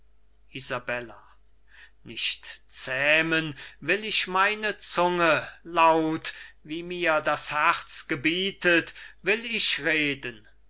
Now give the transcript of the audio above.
nicht zähmen will ich meine zunge laut wie mir das herz gebietet will ich reden